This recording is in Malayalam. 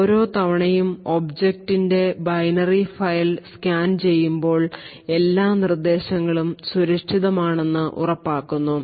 ഓരോ തവണയും ഒബ്ജക്റ്റിൻറെ ബൈനറി ഫയൽ സ്കാൻ ചെയ്യുമ്പോൾ എല്ലാ നിർദ്ദേശങ്ങളും സുരക്ഷിതമാണെന്ന് ഉറപ്പാക്കുന്നു